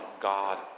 God